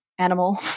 animal